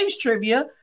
trivia